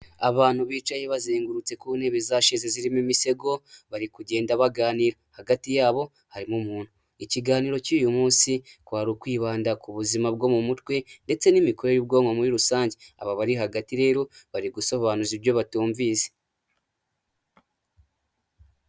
Abantu bicaye bazengurutse ku ntebe za sheze zirimo imisego, bari kugenda baganira. Hagati yabo harimo umuntu. Ikiganiro cy'uyu munsi kwari ukwibanda ku buzima bwo mu mutwe ndetse n'imikorere y'ubwoko muri rusange. Aba bari hagati rero bari gusobanuza ibyo batumvise.